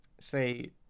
Say